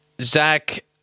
Zach